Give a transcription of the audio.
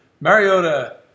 Mariota